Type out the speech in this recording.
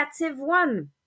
one